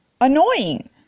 annoying